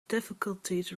difficulties